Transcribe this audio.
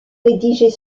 rédiger